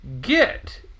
get